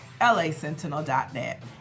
lasentinel.net